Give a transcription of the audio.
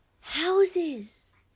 houses